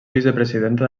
vicepresidenta